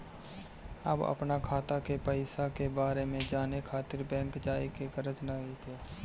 अब अपना खाता के पईसा के बारे में जाने खातिर बैंक जाए के गरज नइखे